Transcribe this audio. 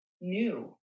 new